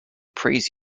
praise